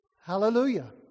Hallelujah